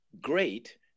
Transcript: great